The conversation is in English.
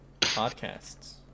Podcasts